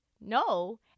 No